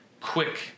quick